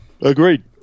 Agreed